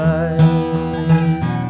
eyes